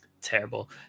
Terrible